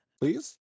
please